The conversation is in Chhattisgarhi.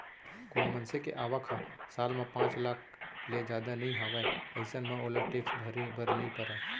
कोनो मनसे के आवक ह साल म पांच लाख ले जादा नइ हावय अइसन म ओला टेक्स भरे बर नइ परय